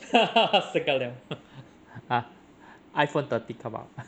sa ka liao !huh! iPhone thirteen come out